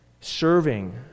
serving